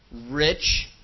rich